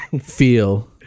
feel